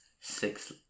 Six